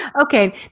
Okay